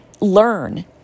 Learn